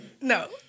No